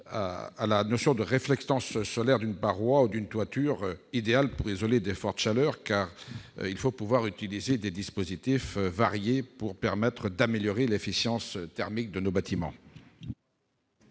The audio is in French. solaire. La réflectance d'une paroi ou d'une toiture est idéale pour isoler des fortes chaleurs. Il faut pouvoir utiliser des dispositifs variés pour améliorer l'efficience thermique de nos bâtiments.